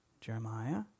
Jeremiah